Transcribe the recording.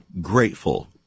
grateful